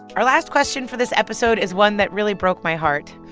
our last question for this episode is one that really broke my heart.